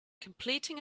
completing